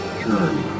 journey